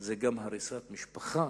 זה גם הריסת משפחה